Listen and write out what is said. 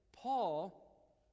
Paul